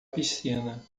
piscina